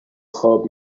خواب